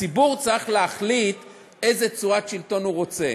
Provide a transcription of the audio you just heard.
הציבור צריך להחליט איזו צורת שלטון הוא רוצה.